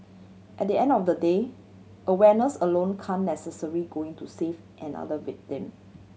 at the end of the day awareness alone can necessary going to save another victim